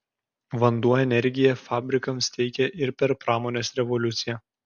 vanduo energiją fabrikams teikė ir per pramonės revoliuciją